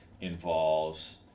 involves